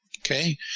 Okay